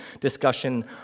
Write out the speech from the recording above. discussion